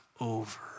over